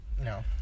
No